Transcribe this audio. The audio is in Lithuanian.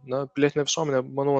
na pilietinė visuomenė manau